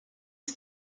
ist